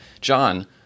John